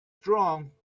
strong